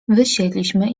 wysiedliśmy